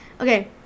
Okay